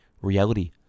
reality